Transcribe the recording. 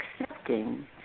accepting